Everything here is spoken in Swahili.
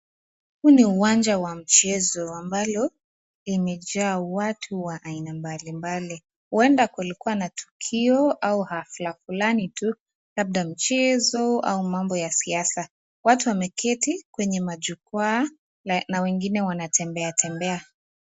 Huu ni uwanja wa mchezo ambalo imejaa watu wa aina mbalimbali, ueda kulikuwa na tukio au hafla fulani tu labda mchezo au mambo ya siasa. Watu wameketi kwenye majukwaa na wengine wanatembeatembea.